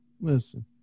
Listen